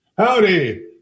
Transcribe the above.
Howdy